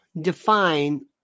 Define